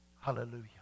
Hallelujah